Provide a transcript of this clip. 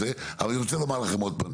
אני רוצה לומר לכם עוד פעם,